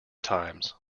times